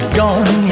gone